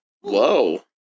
Whoa